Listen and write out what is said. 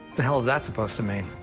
the hell is that supposed to mean?